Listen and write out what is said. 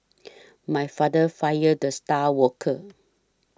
my father fired the star worker